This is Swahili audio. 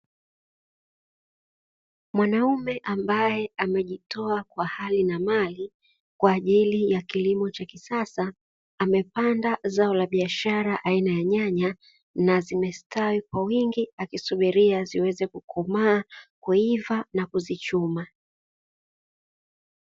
Mwanaume ambaye amejitoa kwa hali na mali, kwa ajili ya kilimo cha kisasa, amepanda zao la biashara aina ya nyanya, na zimestawi kwa wingi akisubiria ziweze kukomaa, kuiva na kuzichuma.